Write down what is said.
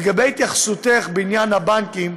לגבי התייחסותך בעניין הבנקים,